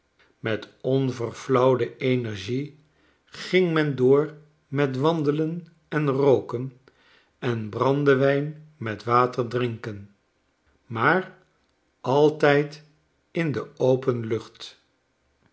met onverflauwde energie ging men door met wandelen en rooken en brandewijn met water drinken maar altijd in de open lucht